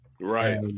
Right